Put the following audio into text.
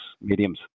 mediums